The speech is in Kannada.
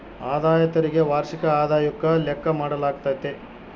ಆದಾಯ ತೆರಿಗೆ ವಾರ್ಷಿಕ ಆದಾಯುಕ್ಕ ಲೆಕ್ಕ ಮಾಡಾಲಾಗ್ತತೆ